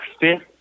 fifth